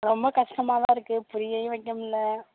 ரொம்ப கஷ்டமாக தான் இருக்கு புரியையும் வைக்க முடில